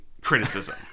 criticism